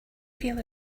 feel